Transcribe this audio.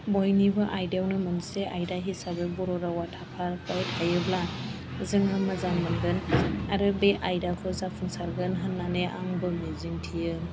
बयनिबो आयदायावनो मोनसे आयदा हिसाबै बर' रावआ थाफाबाय थायोब्ला जोङो मोजां मोनगोन आरो बे आयदाखौ जाफुंसारगोन होननानै आंबो मिजिं थियो